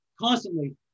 constantly